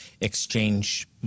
exchange